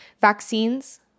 vaccines